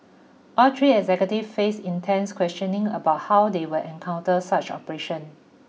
all three executives faced intense questioning about how they will encounter such operations